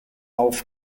auf